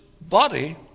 body